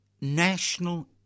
national